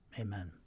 amen